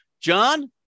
John